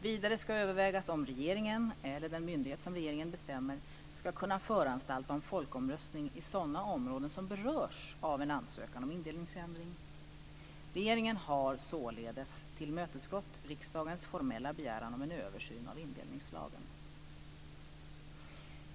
Vidare ska övervägas om regeringen, eller den myndighet som regeringen bestämmer, ska kunna föranstalta om folkomröstning i sådana områden som berörs av en ansökan om indelningsändring. Regeringen har således tillmötesgått riksdagens formella begäran om en översyn av indelningslagen.